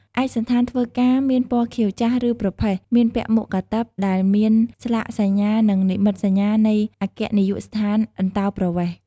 ឯកសណ្ឋានធ្វើការមានពណ៌ខៀវចាស់ ឬប្រផេះ មានពាក់មួកកាតិបដែលមានស្លាកសញ្ញានិងនិមិត្តសញ្ញានៃអគ្គនាយកដ្ឋានអន្តោប្រវេសន៍។